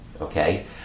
okay